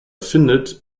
findet